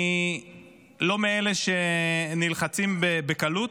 אני לא מאלה שנלחצים בקלות,